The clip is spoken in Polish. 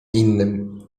innym